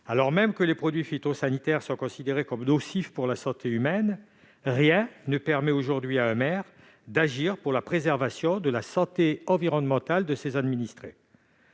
matière et que les produits phytosanitaires sont considérés comme nocifs pour la santé humaine, rien ne permet aujourd'hui à un maire d'agir pour la préservation de la santé environnementale de ses administrés.